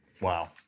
Wow